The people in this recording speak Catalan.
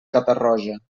catarroja